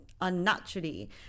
unnaturally